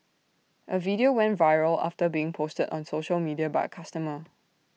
A video went viral after being posted on social media by A customer